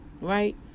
Right